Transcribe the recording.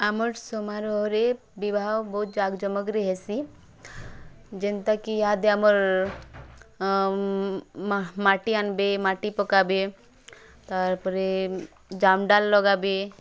ଆମର୍ ସମାରୋହରେ ବିବାହ ବହୁତ୍ ଜାଗଜମକରେ ହେସି ଯେନ୍ତାକି ଇହାଦେ ଆମର୍ ମାଟି ଆନବେ ମାଟି ପକାବେ ତା'ର୍ ପରେ ଜାମ୍ ଡ଼ାଲ୍ ଲଗାବେ